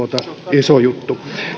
iso juttu